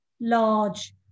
large